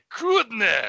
goodness